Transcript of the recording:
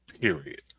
period